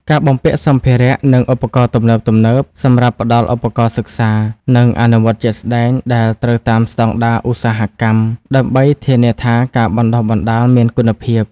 ការបំពាក់សម្ភារៈ និងឧបករណ៍ទំនើបៗ សម្រាប់ផ្តល់ឧបករណ៍សិក្សា និងអនុវត្តជាក់ស្តែងដែលត្រូវតាមស្តង់ដារឧស្សាហកម្ម ដើម្បីធានាថាការបណ្តុះបណ្តាលមានគុណភាព។